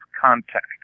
Contact